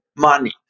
money